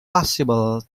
possible